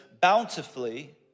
bountifully